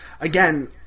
again